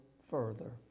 further